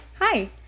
Hi